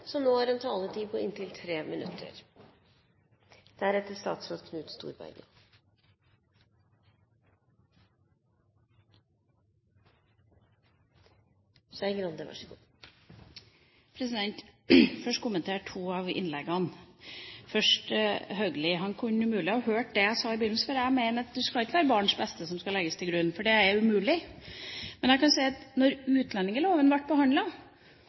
Haugli: Han kunne umulig ha hørt det jeg sa i begynnelsen, for jeg mener at det ikke skal være barns beste som skal legges til grunn, for det er umulig. Men jeg kan si at da utlendingsloven ble